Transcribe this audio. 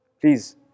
Please